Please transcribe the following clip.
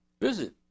Visit